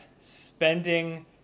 spending